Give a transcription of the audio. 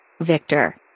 Victor